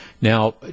Now